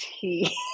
tea